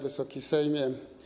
Wysoki Sejmie!